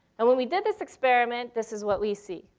and when we did this experiment, this is what we see.